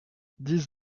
dix